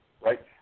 right